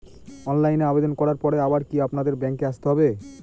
অনলাইনে আবেদন করার পরে আবার কি আপনাদের ব্যাঙ্কে আসতে হবে?